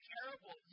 terrible